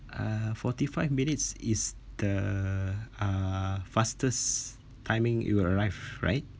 uh forty-five minutes is the uh fastest timing you arrive right